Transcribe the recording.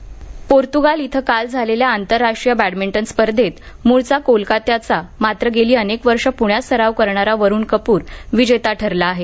badminton Portugal इथं काल झालेल्या आंतरराष्ट्रीय बॅडमिंटन स्पर्धेत मूळचा कोलकात्याचा मात्र गेली अनेक वर्षं पृण्यात सराव करणारा वरुण कपूर विजेता ठरला आहे